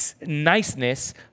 niceness